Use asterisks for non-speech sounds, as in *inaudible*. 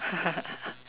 *laughs*